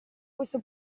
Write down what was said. questo